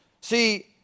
See